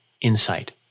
insight